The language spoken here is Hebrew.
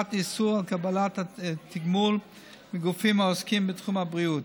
וקובעת איסור על קבלת תגמול מגופים העוסקים בתחום הבריאות.